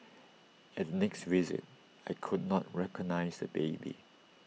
at next visit I could not recognise the baby